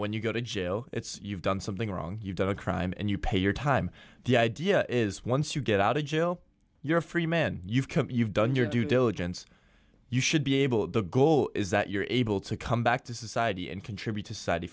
when you go to jail you've done something wrong you don't cry and you pay your time the idea is once you get out of jail you're a free man you've you've done your due diligence you should be able the goal is that you're able to come back to society and contribute to society